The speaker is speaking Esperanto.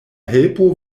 helpo